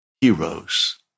heroes